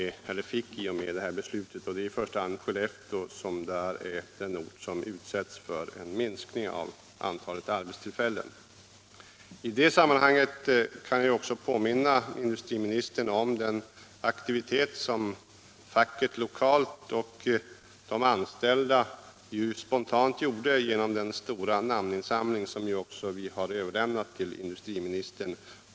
Det är då i första hand Skellefteå som drabbas av en minskning av antalet arbetstillfällen. I det sammanhanget vill jag påminna industriministern om den stora namninsamling som facket lokalt och de anställda spontant gjorde och som vi har överlämnat till industriministern.